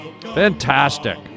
Fantastic